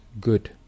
good